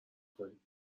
کنیم